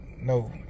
No